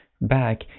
back